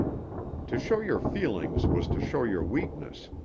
to show your feelings was to show your weakness,